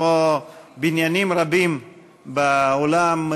כמו בניינים רבים בעולם,